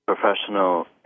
professional